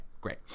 great